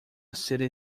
city